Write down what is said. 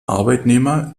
arbeitnehmer